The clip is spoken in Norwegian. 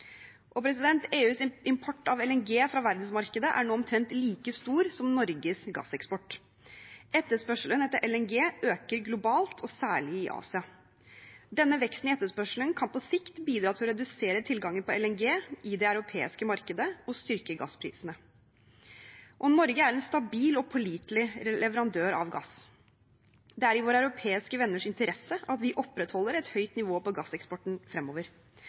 EUs import av LNG fra verdensmarkedet er nå omtrent like stor som Norges gasseksport. Etterspørselen etter LNG øker globalt, særlig i Asia. Denne veksten i etterspørselen kan på sikt bidra til å redusere tilgangen på LNG i det europeiske markedet og styrke gassprisene. Norge er en stabil og pålitelig leverandør av gass. Det er i våre europeiske venners interesse at vi opprettholder et høyt nivå på gasseksporten fremover.